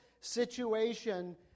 situation